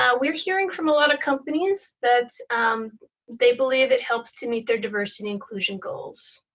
ah we're hearing from a lot of companies that they believe it helps to meet their diversity inclusion goals.